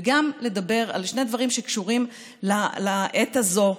וגם לדבר על שני דברים שקשורים לעת הזו.